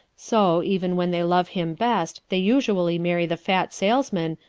so, even when they love him best they usually marry the fat salesman,